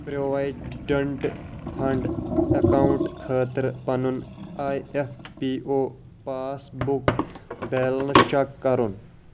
provident fund account خٲطرٕ پَنُن I F P O passbook balance check کَرُن